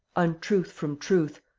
untruth from truth,